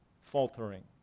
faltering